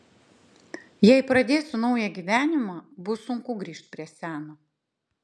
jei pradėsiu naują gyvenimą bus sunku grįžt prie seno